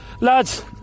Lads